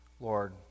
Lord